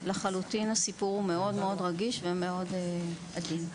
לחלוטין הסיפור הוא מאוד רגיש ומאוד עדין.